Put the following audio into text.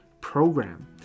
Program